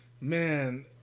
man